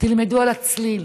תלמדו על הצליל,